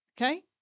okay